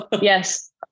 Yes